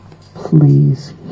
please